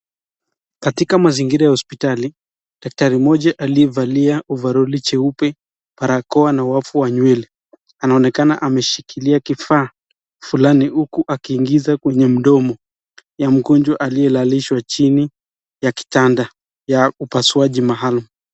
Katika mazingira ya hospitali, daktari mmoja aliyevalia ovaroli jeupe, parakowa na wafu wa nywele anaonekana ameshikilia kifaa fulani huku akiingiza kwenye mdomo ya mgonjwa aliyelalishwa jini ya kitanda ya upasuaji maalum.